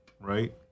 right